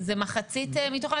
זה מתוך מחצית אלה?